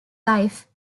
life